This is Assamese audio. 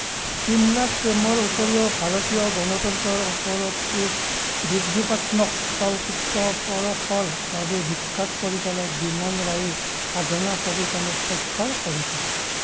চিমলাত প্ৰেমৰ উপৰিও ভাৰতীয় গণতন্ত্ৰৰ ওপৰত এক বিদ্ৰুপাত্মক চলচ্চিত্ৰ পৰশৰ বাবে বিখ্যাত পৰিচালক বিমল ৰায়ে সাধনা ছবিখনত স্বাক্ষৰ কৰিছিল